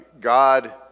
God